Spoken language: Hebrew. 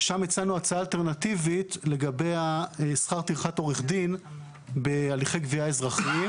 שם הצענו הצעה אלטרנטיבית לגבי שכר טרחת עורך דין בהליכי גבייה אזרחיים.